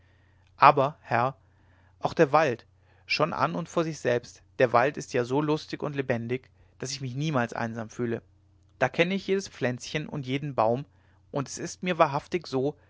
aber herr auch der wald schon an und vor sich selbst der wald ist ja so lustig und lebendig daß ich mich niemals einsam fühle da kenne ich jedes plätzchen und jeden baum und es ist mir wahrhaftig so